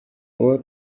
uwo